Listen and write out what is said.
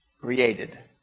created